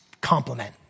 compliment